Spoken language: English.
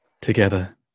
together